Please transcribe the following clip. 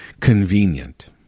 convenient